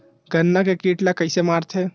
गन्ना के कीट ला कइसे मारथे?